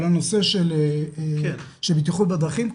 על הנושא של בטיחות בדרכים,